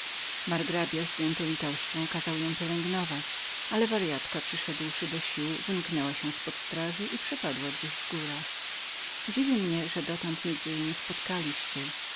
margrabia zdjęty litością kazał ją pielęgnować ale warjatka przyszedłszy do sił wymknęła się z pod straży i przepadła gdzieś w górach dziwi mnie że dotąd nigdzie jej nie spotkaliście